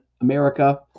America